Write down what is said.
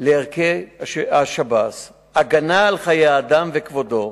לערכי שירות בתי-הסוהר ולהגנה על חיי אדם וכבודו.